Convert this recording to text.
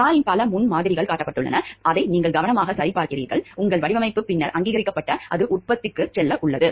காரின் பல முன்மாதிரிகள் கட்டப்பட்டுள்ளன அதை நீங்கள் கவனமாக சரிபார்க்கிறீர்கள் உங்கள் வடிவமைப்பு பின்னர் அங்கீகரிக்கப்பட்டு அது உற்பத்திக்கு செல்ல உள்ளது